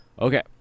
Okay